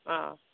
অঁ